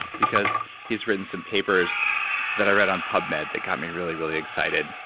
because he's written some papers that i read on pubmed that got me really really excited.